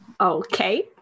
Okay